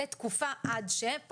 לתקופה עד ש-.